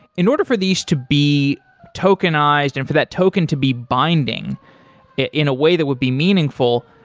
in order for these to be tokenized and for that token to be binding in a way that would be meaningful,